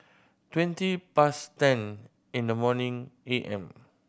twenty past ten in the morning A M